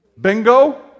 Bingo